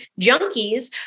junkies